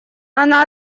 она